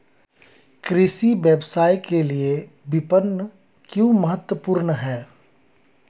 कृषि व्यवसाय के लिए विपणन क्यों महत्वपूर्ण है?